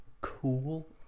cool